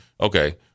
okay